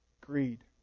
Greed